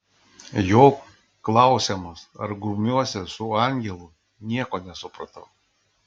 jo klausiamas ar grumiuosi su angelu nieko nesupratau